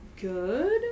good